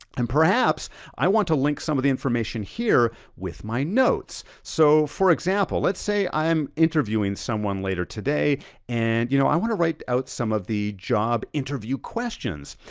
and perhaps i wanna link some of the information here with my notes. so for example, let's say i'm interviewing someone later today and you know i wanna write out some of the job interview questions.